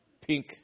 pink